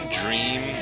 dream